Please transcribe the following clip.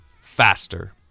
faster